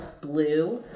blue